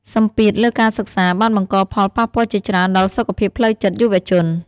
សម្ពាធលើការសិក្សាបានបង្កផលប៉ះពាល់ជាច្រើនដល់សុខភាពផ្លូវចិត្តយុវជន។